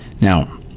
Now